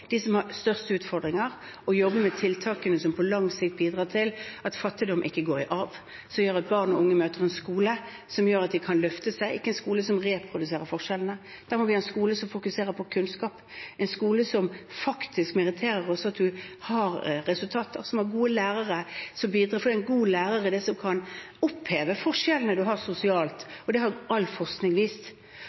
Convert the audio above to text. som har størst utfordringer, og å jobbe med tiltakene som på langt sikt bidrar til at fattigdom ikke går i arv, som gjør at barn og unge møter en skole som gjør at de kan løfte seg, ikke en skole som reproduserer forskjellene. Da må vi ha en skole som fokuserer på kunnskap, en skole som meritterer at man har resultater, og som har gode lærere. En god lærer er det som kan oppheve de sosiale forskjellene. Det har all forskning vist.